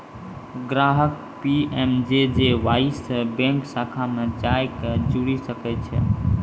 ग्राहक पी.एम.जे.जे.वाई से बैंक शाखा मे जाय के जुड़ि सकै छै